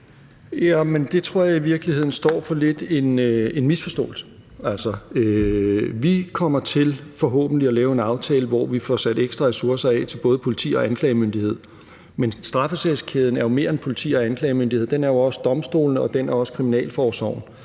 det tror jeg i virkeligheden beror lidt på en misforståelse. Vi kommer til forhåbentlig at lave en aftale, hvor vi får sat ekstra ressourcer af til både politi og anklagemyndighed, men straffesagskæden er jo mere end politi og anklagemyndighed. Den er jo også domstolene, og den er også kriminalforsorgen.